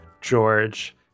George